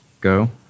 go